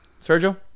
Sergio